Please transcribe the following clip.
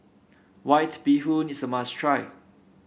White Bee Hoon is a must try